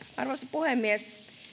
puhemies